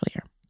earlier